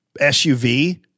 SUV